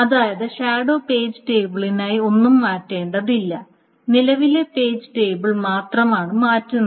അതായത് shadow page ടേബിളിനായി ഒന്നും മാറ്റേണ്ടതില്ല നിലവിലെ പേജ് ടേബിൾ മാത്രമാണ് മാറ്റുന്നത്